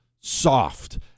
soft